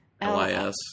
L-I-S